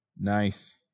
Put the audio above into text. Nice